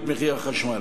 את מחיר החשמל.